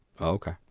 Okay